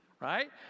Right